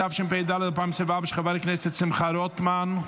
התשפ"ד 2024. של חבר הכנסת שמחה רוטמן.